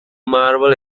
marble